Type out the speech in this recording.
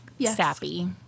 sappy